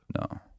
No